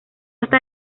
hasta